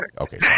Okay